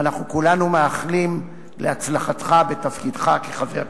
ואנחנו כולנו מאחלים להצלחתך בתפקידך כחבר הכנסת.